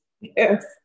Yes